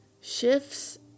shifts